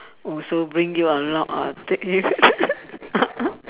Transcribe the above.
oh so bring you a lot of